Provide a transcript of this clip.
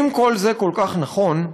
אם כל זה כל כך נכון,